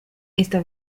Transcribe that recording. esta